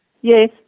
Yes